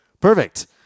Perfect